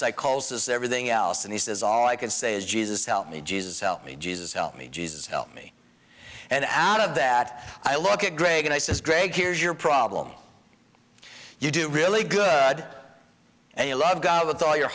psychosis everything else and he says all i can say is jesus help me jesus help me jesus help me jesus help me and out of that i look at greg and i says greg here's your problem you do really good and you love god with all your